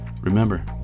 Remember